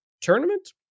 tournament